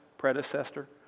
Predecessor